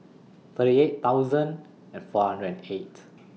thirty eight thousand and four hundred and eight